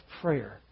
prayer